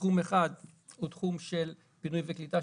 תחום אחד הוא תחום של פינוי וקליטה,